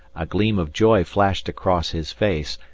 a gleam of joy flashed across his face,